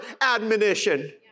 admonition